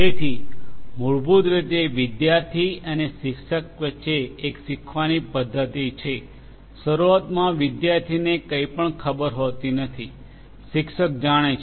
તેથી મૂળભૂત રીતે વિદ્યાર્થી અને શિક્ષક વચ્ચે એક શીખવાની પદ્ધતિ છે શરૂઆતમાં વિદ્યાર્થીને કંઈપણ ખબર હોતી નથી શિક્ષક જાણે છે